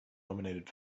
nominated